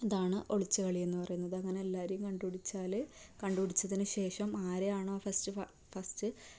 ഇതാണ് ഒളിച്ചു കളി എന്ന് പറയുന്നത് അങ്ങനെ എല്ലാവരെയും കണ്ടുപിടിച്ചാൽ കണ്ടുപിടിച്ചതിനുശേഷം ആരെയാണോ ഫസ്റ്റ് ഫസ്റ്റ്